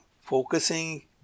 focusing